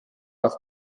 auf